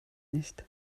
nicht